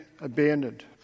abandoned